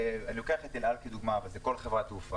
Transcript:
אני לוקח את אל על כדוגמה, אבל זה כל חברת תעופה.